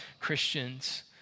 Christians